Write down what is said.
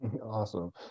Awesome